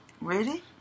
Ready